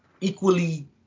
equally